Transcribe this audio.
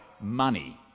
money